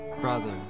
brothers